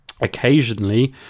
occasionally